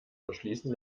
verschließen